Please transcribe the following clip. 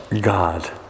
God